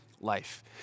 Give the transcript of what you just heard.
life